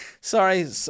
Sorry